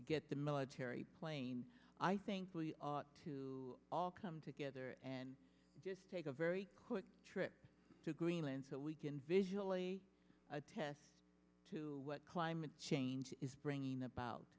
get the military plane i think to all come together and just take a very quick trip to greenland so we can visually attest to what climate change is bringing about